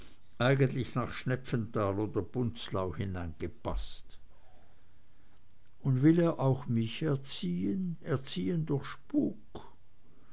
eigentlich nach schnepfenthal oder bunzlau hingepaßt und will er mich auch erziehen erziehen durch spuk